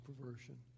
perversion